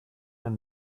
and